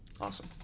Awesome